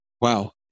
Wow